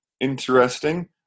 interesting